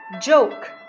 joke